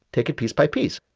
take it piece by piece.